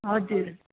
हजुर